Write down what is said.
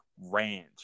Ranch